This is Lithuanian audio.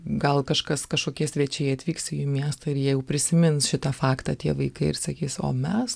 gal kažkas kažkokie svečiai atvyks į miestą ir jie jau prisimins šitą faktą tie vaikai ir sakys o mes